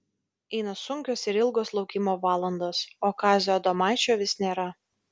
eina sunkios ir ilgos laukimo valandos o kazio adomaičio vis nėra